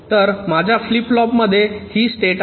तर माझ्या flip flop मध्ये ही स्टेट आहे